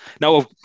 now